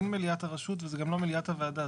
אין מליאת הרשות, וזה גם לא מליאת הוועדה.